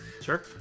Sure